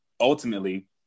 ultimately